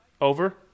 over